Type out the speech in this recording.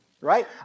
right